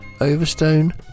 Overstone